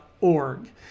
org